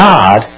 God